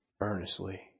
earnestly